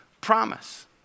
promise